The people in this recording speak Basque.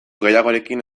gehiagorekin